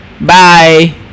bye